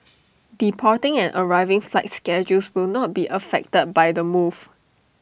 departing and arriving flight schedules will not be affected by the move